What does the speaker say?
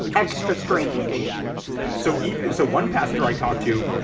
extra strange so even so, one pastor i talked to,